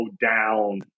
down